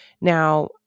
Now